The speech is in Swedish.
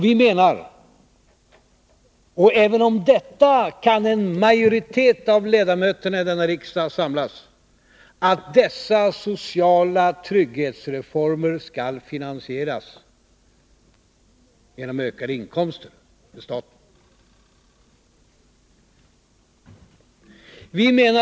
Vi menar, och även om detta kan en majoritet av ledamöterna i riksdagen samlas, att dessa sociala trygghetsreformer skall finansieras genom ökade inkomster för staten.